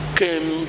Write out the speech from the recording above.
came